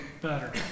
better